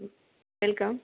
welcome